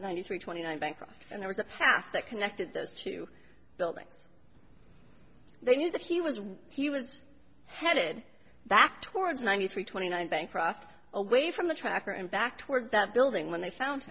three twenty nine bank and there was a path that connected those two buildings they knew that he was he was headed back towards ninety three twenty nine bancroft away from the tracker and back towards that building when they found